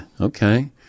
Okay